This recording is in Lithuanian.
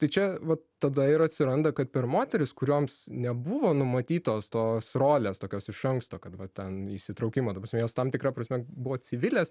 tai čia va tada ir atsiranda kad per moteris kurioms nebuvo numatytos tos rolės tokios iš anksto kad va ten įsitraukimo ta prasme jos tam tikra prasme buvo civilės